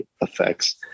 effects